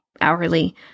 hourly